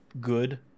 good